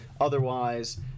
otherwise